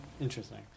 Interesting